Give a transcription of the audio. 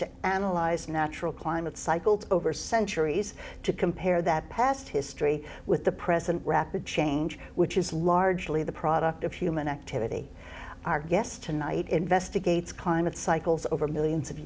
to analyze natural climate cycles over centuries to compare that past history with the present rapid change which is largely the product of human activity our guest tonight investigates climate cycles over millions of